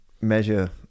measure